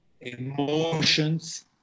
emotions